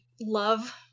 love